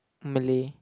Malay